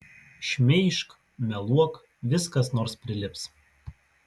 šmeižk meluok vis kas nors prilips